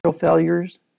failures